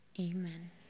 Amen